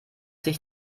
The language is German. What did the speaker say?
sich